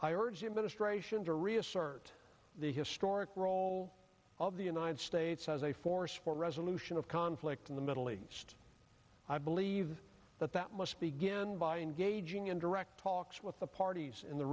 you ministration to reassert the historic role of the united states as a force for resolution of conflict in the middle east i believe that that must begin by engaging in direct talks with the parties in the